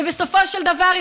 ובסופו של דבר,